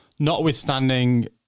Notwithstanding